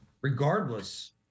Regardless